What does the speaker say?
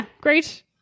great